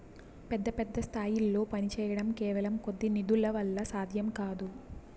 పెద్ద పెద్ద స్థాయిల్లో పనిచేయడం కేవలం కొద్ది నిధుల వల్ల సాధ్యం కాదు